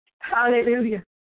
Hallelujah